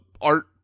art